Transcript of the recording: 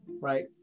Right